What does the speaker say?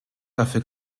dafür